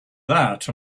that